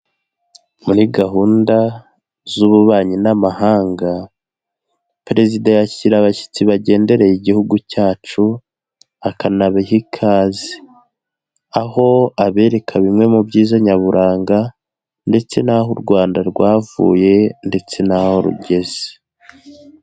Muri gahunda z'ububanyi n'amahanga perezida yacyira abashyitsi bagendereye igihugu cyacu akanabaha ikaze aho abereka bimwe mu byiza nyaburanga ndetse n'aho u rwanda rwavuye ndetse n'aho rugeze.